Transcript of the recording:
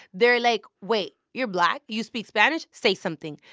they're like, wait, you're black? you speak spanish? say something.